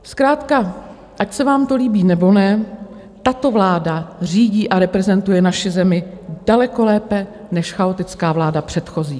Zkrátka ať se vám to líbí, nebo ne, tato vláda řídí a reprezentuje naši zemi daleko lépe než chaotická vláda předchozí.